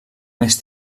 més